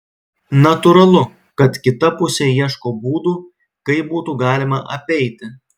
natūralu kad kita pusė ieško būdų kaip būtų galima apeiti